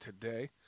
today